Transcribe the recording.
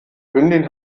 hündin